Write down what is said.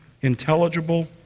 intelligible